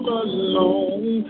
alone